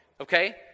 Okay